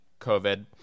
COVID